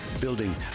building